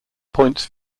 points